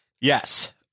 Yes